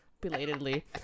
belatedly